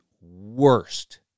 worst